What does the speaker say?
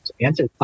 answer